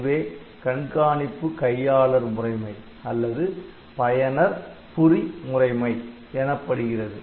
இதுவே கண்காணிப்பு கையாளர் முறைமை அல்லது பயனர்புரி முறைமை எனப்படுகிறது